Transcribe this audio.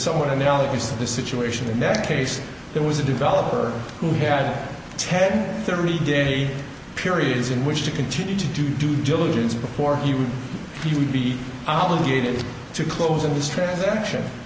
somewhat analogous to the situation the next case there was a developer who had ten thirty day period is in which to continue to do due diligence before he would he would be obligated to close in this transaction